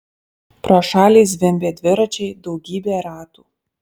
pro šalį zvimbė dviračiai daugybė ratų